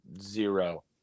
Zero